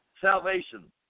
salvation